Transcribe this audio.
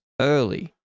early